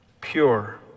pure